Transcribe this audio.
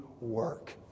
work